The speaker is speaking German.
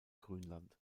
grünland